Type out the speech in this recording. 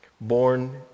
born